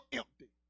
empty